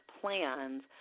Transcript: plans